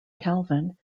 calvin